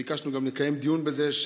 ביקשנו גם לקיים דיון בזה.